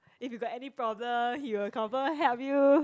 if you got any problem he will confirm help you